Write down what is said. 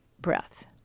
breath